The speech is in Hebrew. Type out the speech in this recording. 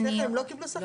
בדרך כלל הם לא קיבלו שכר?